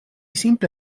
simple